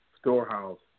Storehouse